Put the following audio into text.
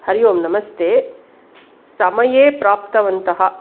हरिः ओम् नमस्ते समये प्राप्तवन्तः